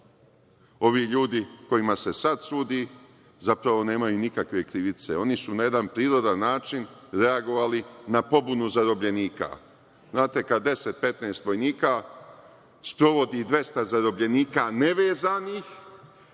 Ovi ljudi kojima se sada sudi, zapravo nemaju nikakve krivice, oni su na jedan prirodan način reagovali na pobunu zarobljenika. Znate, kada 10, 15 vojnika sprovodi 200 zarobljenika nevezanih,